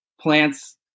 plants